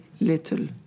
little